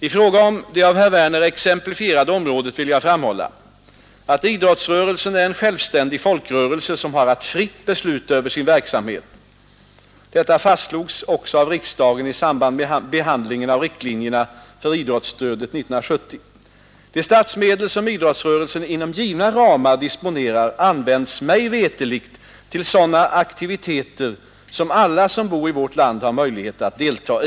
I fråga om det av herr Werner exemplifierade området vill jag framhålla, att idrottsrörelsen är en självständig folkrörelse som har att fritt besluta över sin verksamhet. Detta fastslogs också av riksdagen i samband med behandlingen av riktlinjerna för idrottsstödet 1970. De statsmedel som idrottsrörelsen inom givna ramar disponerar används mig veterligt till sådana aktiviteter som alla som bor i vårt land har möjlighet att delta i.